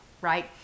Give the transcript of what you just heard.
right